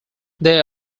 they